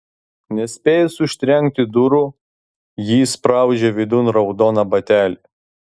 nespėjus užtrenkti durų ji įspraudžia vidun raudoną batelį